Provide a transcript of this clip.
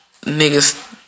niggas